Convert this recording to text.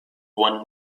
one